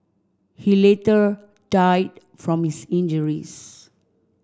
he later died from his injuries